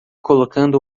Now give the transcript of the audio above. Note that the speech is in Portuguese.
colocando